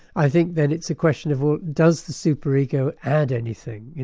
i think then it's a question of does the super ego add anything.